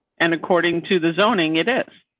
and according to the zoning, it is.